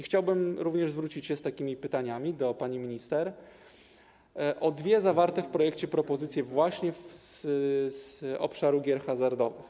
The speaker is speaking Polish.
Chciałbym również zwrócić się z pytaniami do pani minister o dwie zawarte w projekcie propozycje właśnie z obszaru gier hazardowych.